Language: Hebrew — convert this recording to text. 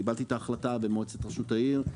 קיבלתי את ההחלטה במועצת ראשות העיר,